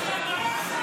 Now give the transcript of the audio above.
את המידע יש לך,